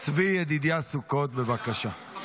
צבי ידידיה סוכות, בבקשה.